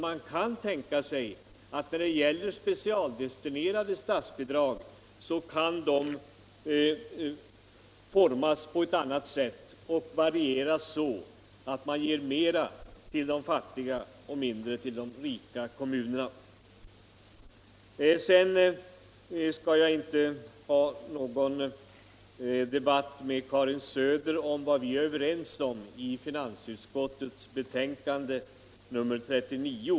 Man kan tänka sig att när det gäller specialdestinerade statsbidrag kan dessa utformas på eu annat sätt och varieras så, att man ger mera till de fattiga och mindre till de rika kommunerna. Jag skall inte ta upp någon debatt med Karin Söder om vad vi är överens om i finansutskottets betänkande nr 39.